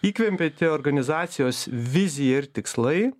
įkvėpianti organizacijos vizija ir tikslai